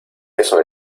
eso